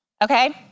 Okay